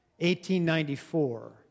1894